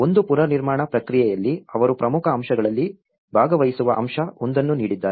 ಒಂದು ಪುನರ್ನಿರ್ಮಾಣ ಪ್ರಕ್ರಿಯೆಯಲ್ಲಿ ಅವರು ಪ್ರಮುಖ ಅಂಶಗಳಲ್ಲಿ ಭಾಗವಹಿಸುವ ಅಂಶ ಒಂದನ್ನು ನೀಡಿದ್ದಾರೆ